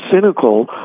cynical